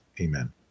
Amen